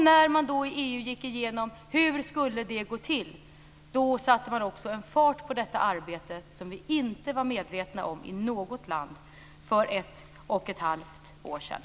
När man i EU gick igenom hur det skulle gå till satte man också en fart på detta arbete som vi inte var medvetna om i något land för ett och ett halvt år sedan.